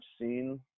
seen